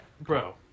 bro